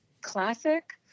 classic